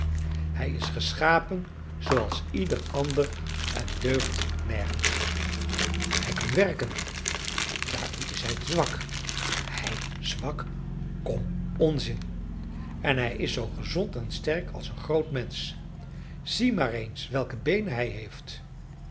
hij is geschapen zooals ieder ander en deugt nergens toe hij kan werken daartoe is hij te zwak hij zwak kom onzin en hij is zoo gezond en sterk als een groot mensch zie maar eens welke beenen hij heeft